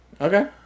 Okay